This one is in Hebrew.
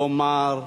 לומר,